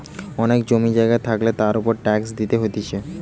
অনেক জমি জায়গা থাকলে তার উপর ট্যাক্স দিতে হতিছে